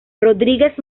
rodríguez